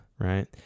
right